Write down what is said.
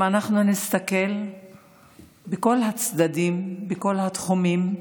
אם אנחנו נסתכל בכל הצדדים, בכל התחומים,